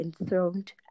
enthroned